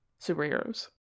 superheroes